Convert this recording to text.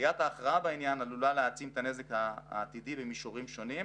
ודחייתה הכרעה בעניין עלולה להעצים את הנזק העתידי במישורים שונים.